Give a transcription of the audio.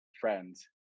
friends